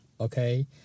okay